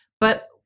But-